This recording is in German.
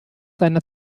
seiner